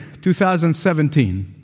2017